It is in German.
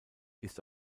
ist